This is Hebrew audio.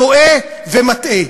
טועה ומטעה.